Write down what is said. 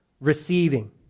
receiving